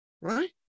Right